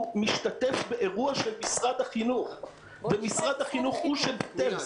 באירוע של משרד החינוך ומשרד החינוך הוא שביטל.